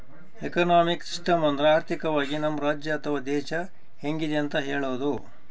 economic system ಅಂದ್ರ ಆರ್ಥಿಕವಾಗಿ ನಮ್ ರಾಜ್ಯ ಅಥವಾ ದೇಶ ಹೆಂಗಿದೆ ಅಂತ ಹೇಳೋದು